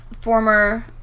former